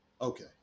okay